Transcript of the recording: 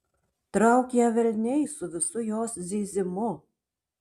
trauk ją velniai su visu jos zyzimu